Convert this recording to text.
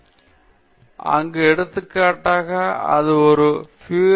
எனவே இங்கு எடுத்துக்காட்டாக இது ஒரு பியூயல் செல்ஸ் மூலம் இயங்கும் ஒரு சைக்கிள் நான் வேலை செய்யும் பகுதி